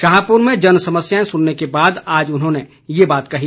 शाहपुर में जन समस्याएं सुनने के बाद आज उन्होंने ये बात कही